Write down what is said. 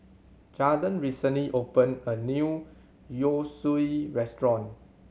Jadon recently opened a new Yosui restaurant